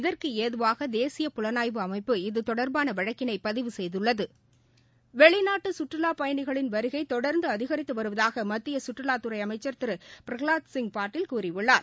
இதற்கு ஏதுவாக தேசிய புலனாய்வு அமைப்பு இது தொடர்பான வழக்கினை பதிவு செய்துள்ளது வெளிநாட்டு கற்றுலாப் பயணிகளின் வருகை தொடர்ந்து அதிகித்து வருவதாக மத்திய கற்றுலாத்துறை அமைச்சர் திரு பிரகலாத் சிங் பாட்டீல் கூறியுள்ளார்